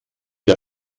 der